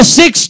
six